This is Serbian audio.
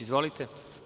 Izvolite.